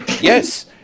Yes